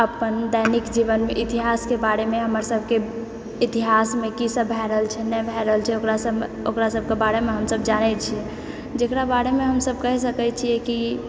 अपन दैनिक जीवनमे इतिहासके बारेमे हमर सभके इतिहासमे की सभ भए रहल छै नइ भए रहल छै ओकरा सभमे ओकरा सभके बारेमे हमसभ जानै छियै जेकरा बारेमे हमसभ कहि सकै छियै कि